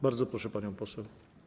Bardzo proszę, pani poseł.